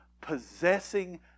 possessing